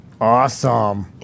awesome